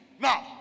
Now